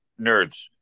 nerds